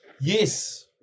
yes